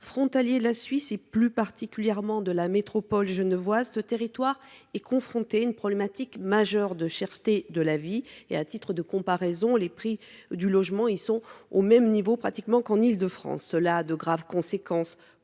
Frontalier de la Suisse, plus particulièrement de la métropole genevoise, ce territoire est confronté à une problématique majeure de cherté de la vie. À titre de comparaison, les prix du logement y sont pratiquement au même niveau qu’en Île de France. Cela a de graves conséquences pour